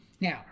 Now